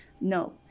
No